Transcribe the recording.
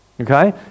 Okay